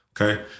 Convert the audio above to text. Okay